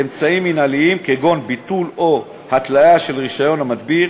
אמצעים מינהליים כגון ביטול או התליה של רישיון המדביר,